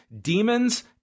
demons